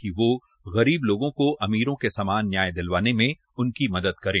कि वो गरीब लोगों को अमीरों के समान न्याय दिलवाने में उनकी मदद करें